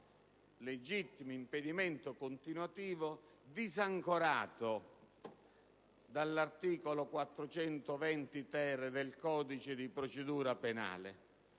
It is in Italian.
legittimo impedimento continuativo, disancorato dall'articolo 420-*ter* del codice di procedura penale,